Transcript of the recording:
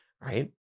right